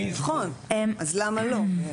נכון, אז למה לא?